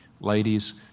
Ladies